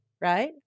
right